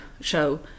show